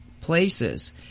places –